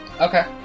Okay